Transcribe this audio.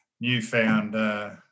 newfound